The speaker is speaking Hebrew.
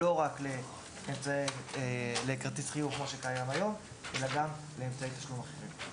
לא רק לכרטיס חיוב כפי שקיים היום אלא גם לאמצעי תשלום אחרים.